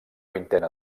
vintena